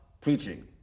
preaching